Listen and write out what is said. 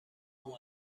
بود